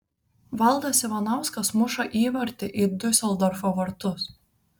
valdas ivanauskas muša įvartį į diuseldorfo vartus